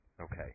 Okay